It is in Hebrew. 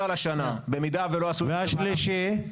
והשלישי?